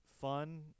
fun